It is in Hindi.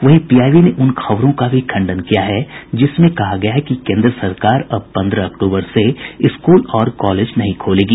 वहीं पीआईबी ने उन खबरों का भी खंडन किया है जिसमें कहा गया है कि केन्द्र सरकार अब पन्द्रह अक्टूबर से स्कूल और कॉलेज नहीं खोलेगी